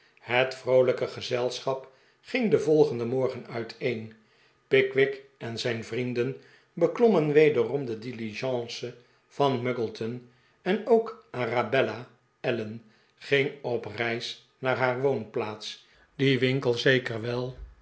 het vroolijke gezelschap ging den volgenden morgen uiteen pickwick en zijn vrienden beklommen wederom de diligence van muggleton en ook arabella allen ging op reis naar haar woonplaats die winkle zeker wel